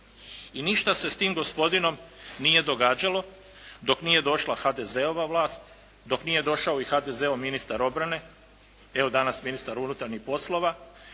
i ništa se s tim gospodinom nije događalo dok nije došla HDZ-ova vlast, dok nije došao i HDZ-ov ministar obrane, evo danas ministar unutarnjih poslova